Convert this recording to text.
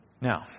Now